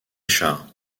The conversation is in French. char